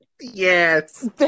Yes